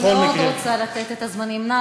אני מאוד רוצה לתת את הזמנים.